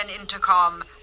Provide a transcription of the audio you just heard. intercom